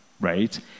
right